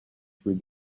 through